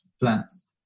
plants